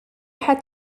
had